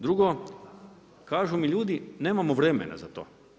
Drugo, kažu mi ljudi nemamo vremena za to.